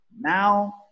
Now